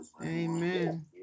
Amen